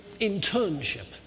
internship